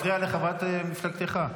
חבר הכנסת שירי, אתה מפריע לחברת מפלגתך.